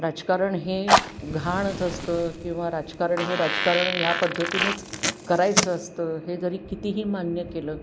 राजकारण हे घाणच असतं किंवा राजकारण हे राजकारण ह्या पद्धतीनेच करायचं असतं हे जरी कितीही मान्य केलं